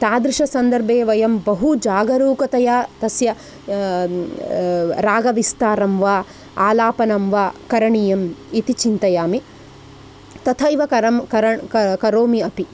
तादृश सन्दर्भे वयं बहुजागरूकतया तस्य रागविस्तारं वा आलापनं वा करणीयम् इति चिन्तयामि तथैव करं करण् कर् करोमि अपि